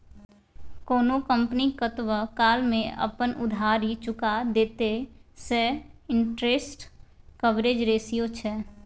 कोनो कंपनी कतबा काल मे अपन उधारी चुका देतेय सैह इंटरेस्ट कवरेज रेशियो छै